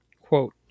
Quote